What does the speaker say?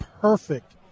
perfect